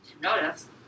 Notice